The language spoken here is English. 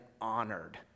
honored